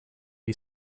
you